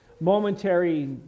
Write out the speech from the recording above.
Momentary